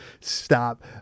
stop